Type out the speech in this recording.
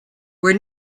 were